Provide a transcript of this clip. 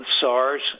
SARS